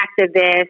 activist